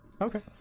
Okay